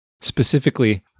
specifically